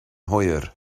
hwyr